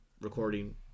recording